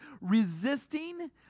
resisting